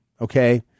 okay